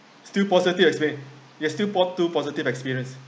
still positive explained they still brought two positive experience